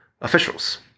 officials